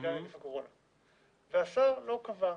בגלל נגיף הקורונה, והשר לא קבע.